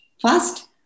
First